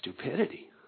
stupidity